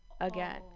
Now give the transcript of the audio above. again